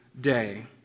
day